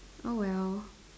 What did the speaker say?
oh well